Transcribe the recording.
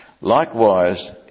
likewise